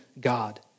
God